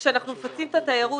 כאשר אנחנו מצרפים את התיירות,